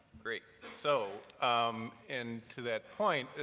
great. so um and to that point,